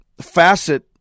facet